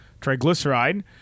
triglyceride